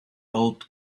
old